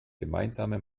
gemeinsame